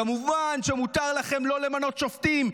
כמובן שמותר לכם לא למנות שופטים,